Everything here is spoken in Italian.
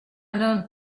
non